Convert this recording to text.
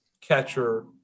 catcher